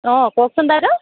অঁ কওকচোন বাইদেউ